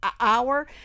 hour